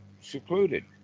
secluded